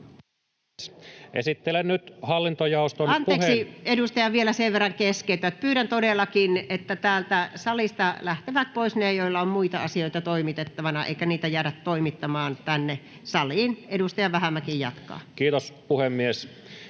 Time: 10:53 Content: Anteeksi, edustaja, vielä sen verran keskeytän, että pyydän todellakin, että täältä salista lähtevät pois ne, joilla on muita asioita toimitettavana, eikä niitä jäädä toimittamaan tänne saliin. — Edustaja Vähämäki jatkaa. [Speech